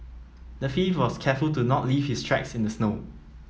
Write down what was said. the thief was careful to not leave his tracks in the snow